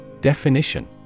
Definition